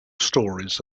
stories